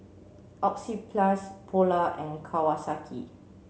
Oxyplus Polar and Kawasaki